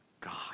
God